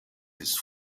his